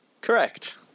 Correct